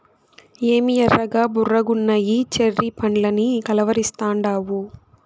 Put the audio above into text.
ఏమి ఎర్రగా బుర్రగున్నయ్యి చెర్రీ పండ్లని కలవరిస్తాండావు